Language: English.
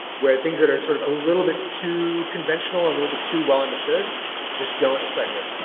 where things that are sort of a little bit too conventional, a little bit too well understood just don't excite